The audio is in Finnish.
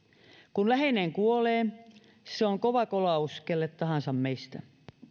kun läheinen kuolee se on kova kolaus kelle tahansa meistä